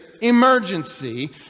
emergency